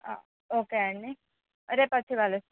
okay ఆండీ రేపు వచ్చి కలుస్తాను